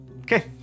Okay